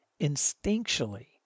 instinctually